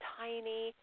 tiny